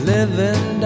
Living